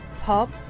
pop